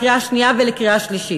לקריאה שנייה ולקריאה שלישית.